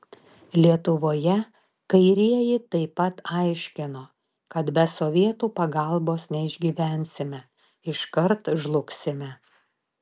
lietuvoje kairieji taip pat aiškino kad be sovietų pagalbos neišgyvensime iškart žlugsime